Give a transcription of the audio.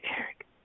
Eric